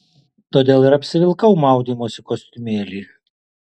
todėl ir apsivilkau maudymosi kostiumėlį